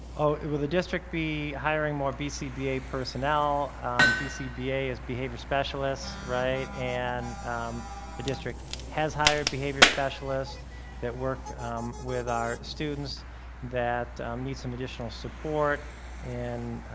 oh it will the district be hiring more bcba personnel bcba as behavior specialists right and the district has hired behavior specialists that work with our students that need some additional support and